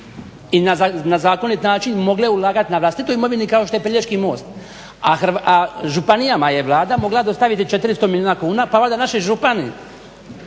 i na zakonit način mogle ulagati na vlastitoj imovini kao što je Pelješki most. A županijama je Vlada mogla dostaviti 400 milijuna kuna, pa onda naši župani